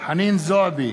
חנין זועבי,